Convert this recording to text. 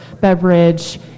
beverage